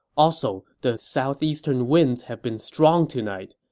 also, the southeastern winds have been strong tonight.